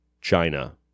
China